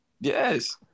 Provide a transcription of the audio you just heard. Yes